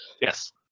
Yes